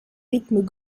rythmes